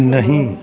नहीं